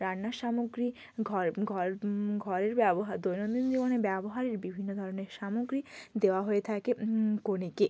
রান্নার সামগ্রী ঘর ঘর ঘরের ব্যবহার দৈনন্দিন জীবনের ব্যবহারের বিভিন্ন ধরনের সামগ্রী দেওয়া হয়ে থাকে কনেকে